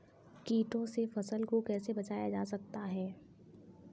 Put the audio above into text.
कीटों से फसल को कैसे बचाया जा सकता है?